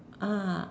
ah